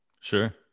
Sure